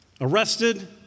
arrested